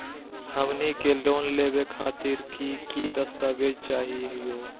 हमनी के लोन लेवे खातीर की की दस्तावेज चाहीयो?